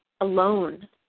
alone